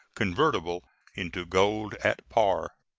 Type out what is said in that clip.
convertible into gold at par.